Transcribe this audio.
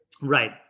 Right